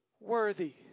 Worthy